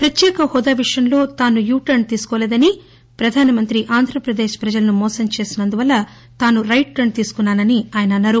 ప్రత్యేక హోదా విషయంలో తానూ యు టర్ప్ తీసుకోలేదనీ ప్రధానమంత్రి ఆంధ్ర ప్రదేశ్ ప్రజలను మోసం చేసినందువల్ల తానూ రైట్ టర్స్ తీసుకున్నానని ఆయన అన్నారు